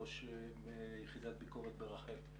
ראש יחידת ביקורת ברח"ל.